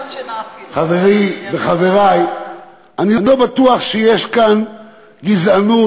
חברי וחברי: אני לא בטוח שיש כאן גזענות